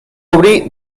obrir